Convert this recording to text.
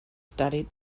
studied